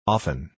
Often